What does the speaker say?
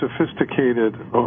sophisticated